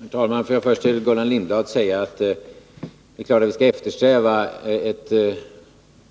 Herr talman! Får jag först till Gullan Lindblad säga att det är klart att vi skall eftersträva ett